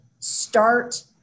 start